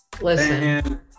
Listen